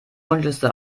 wunschliste